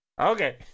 Okay